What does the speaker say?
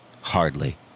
Hardly